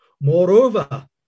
Moreover